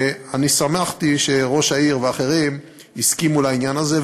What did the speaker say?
אני שמחתי שראש העיר ואחרים הסכימו לעניין הזה,